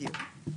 בדיוק.